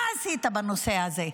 מה עשית בנושא הזה?